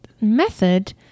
method